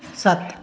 ਸੱਤ